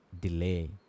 delay